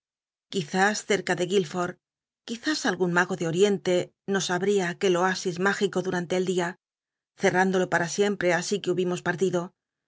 quizás cetca de guilfotd quizás algun mago de oriente nos abría aquel oasis mágico duran le el día cerrándolo para siempre asi que hubimos partido